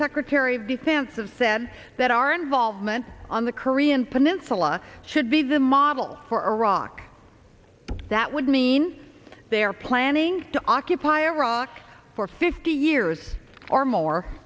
secretary of defense of said that our involvement on the korean peninsula should be the model for iraq that would mean they are planning to occupy iraq for fifty years or more